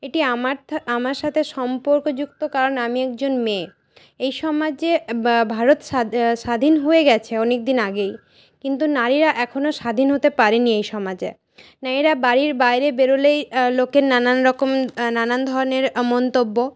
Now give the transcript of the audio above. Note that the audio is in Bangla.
এটি আমার আমার সাথে সম্পর্কযুক্ত কারণ আমি একজন মেয়ে এই সমাজে ভারত স্বাধীন স্বাধীন হয়ে গেছে অনেকদিন আগেই কিন্তু নারীরা এখনও স্বাধীন হতে পারে নি এই সমাজে নারীরা বাড়ির বাইরে বেরোলেই লোকের নানান রকম নানান ধরনের মন্তব্য